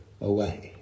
away